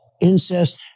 incest